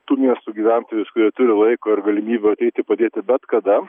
tų miestų gyventojus kurie turi laiko ir galimybių ateiti padėti bet kada